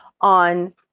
on